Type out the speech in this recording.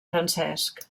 francesc